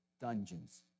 dungeons